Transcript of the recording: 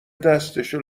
دستشو